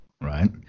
right